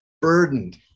Burdened